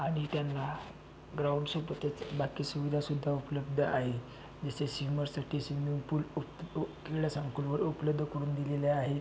आणि त्यांना ग्राऊंडसोबतच बाकी सुविधासुद्धा उपलब्ध आहे जसे स्विमरसाठी स्विमिंग पूल उप्त उ क्रीडा संकुलवर उपलब्ध करून दिलेले आहे